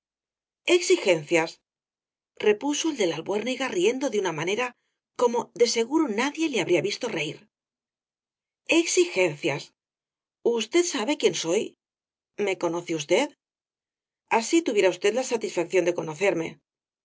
exigencias repuso el de la albuérniga riendo de una manera como de seguro nadie le habría visto reír exigencias usted sabe quién soy me conoce usted así tuviera usted la satisfacción de conocerme